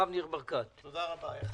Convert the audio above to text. תודה רבה, אדוני היושב-ראש.